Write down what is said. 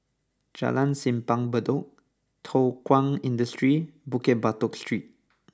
Jalan Simpang Bedok Thow Kwang Industry Bukit Batok Street